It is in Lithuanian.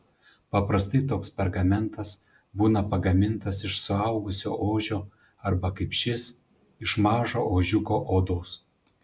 paprastai toks pergamentas būna pagamintas iš suaugusio ožio arba kaip šis iš mažo ožiuko odos